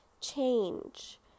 change